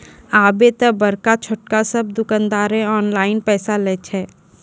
आबे त बड़का छोटका सब दुकानदारें ऑनलाइन पैसा लय छै